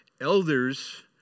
elders